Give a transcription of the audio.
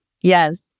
Yes